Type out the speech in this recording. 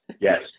Yes